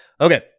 Okay